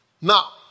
Now